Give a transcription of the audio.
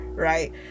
Right